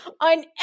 on